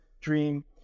dream